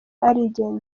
arigendera